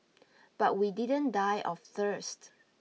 but we didn't die of thirst